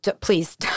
please